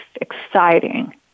exciting